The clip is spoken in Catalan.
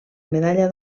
medalla